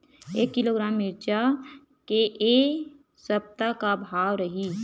एक किलोग्राम मिरचा के ए सप्ता का भाव रहि?